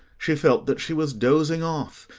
she felt that she was dozing off,